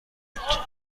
gibt